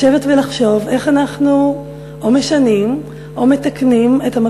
לשבת לחשוב איך אנחנו או משנים או מתקנים את תרבות